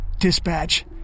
Dispatch